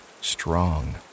strong